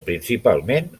principalment